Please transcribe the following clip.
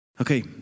okay